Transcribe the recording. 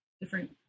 different